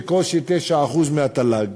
בקושי 9% מהתל"ג.